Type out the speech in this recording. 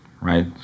right